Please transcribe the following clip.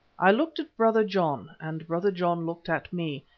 i looked at brother john and brother john looked at me,